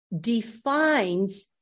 defines